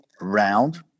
round